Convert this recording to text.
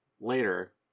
later